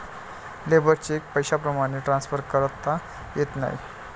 labour cheque पैशाप्रमाणे transfer करता येत नाही